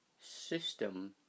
system